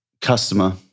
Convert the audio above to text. Customer